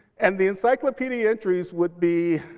and the encyclopedia entries would be,